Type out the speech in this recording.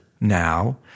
now